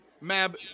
Mab